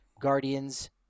Guardians